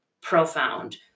profound